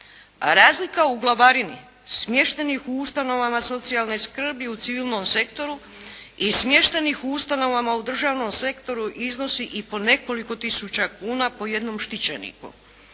Razlika u glavarini smještenih u ustanovama socijalne skrbi u civilnom sektoru i smještenih u ustanovama u državnom sektoru iznosi i po nekoliko tisuća kuna po jednom štićeniku.